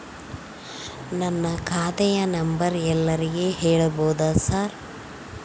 ನನ್ನ ಖಾತೆಯ ನಂಬರ್ ಎಲ್ಲರಿಗೂ ಹೇಳಬಹುದಾ ಸರ್?